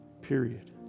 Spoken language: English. period